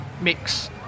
mix